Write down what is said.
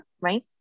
Right